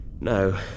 No